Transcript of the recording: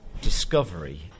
discovery